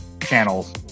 channels